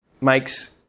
makes